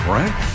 right